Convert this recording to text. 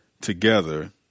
together